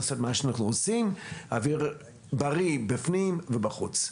אוויר בריא בפנים ובחוץ.